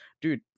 dude